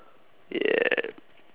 yeah